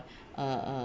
uh uh